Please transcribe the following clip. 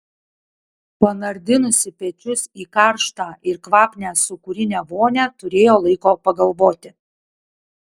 panardinusi pečius į karštą ir kvapnią sūkurinę vonią turėjo laiko pagalvoti